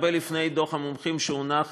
הרבה לפני דוח המומחים שהונח